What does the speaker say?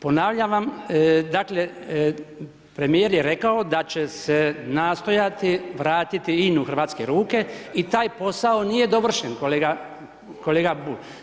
Ponavljam vam, dakle premijer je rekao da će se nastojati vratiti INU u hrvatske ruke i taj posao nije dovršen kolega, kolega Bulj.